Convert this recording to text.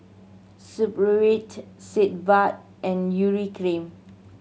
Supravit Sitz Bath and Urea Cream